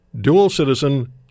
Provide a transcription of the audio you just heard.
dual-citizen